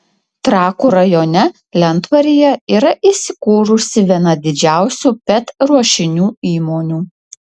trakų rajone lentvaryje yra įsikūrusi viena didžiausių pet ruošinių įmonių